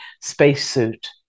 spacesuit